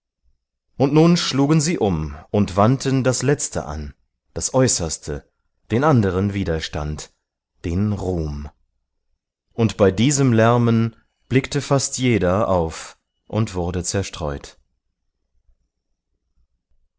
und nun schlugen sie um und wandten das letzte an das äußerste den anderen widerstand den ruhm und bei diesem lärmen blickte fast jeder auf und wurde zerstreut